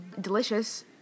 delicious